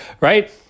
right